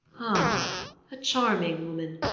ah a charming woman.